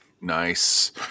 Nice